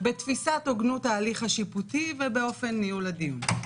בתפיסת הוגנות ההליך השיפוטי ובאופן ניהול הדיון.